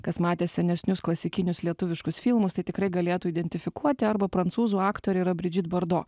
kas matė senesnius klasikinius lietuviškus filmus tai tikrai galėtų identifikuoti arba prancūzų aktorė yra bridžit bardo